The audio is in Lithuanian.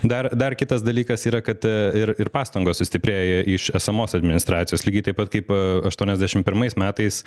dar dar kitas dalykas yra kad ir ir pastangos sustiprėja iš esamos administracijos lygiai taip pat kaip aštuoniasdešim pirmais metais